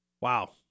wow